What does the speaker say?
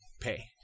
pay